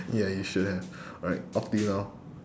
ya you should have alright off to you now